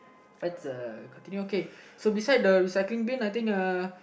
it's a continue okay so beside the recycling bin I think uh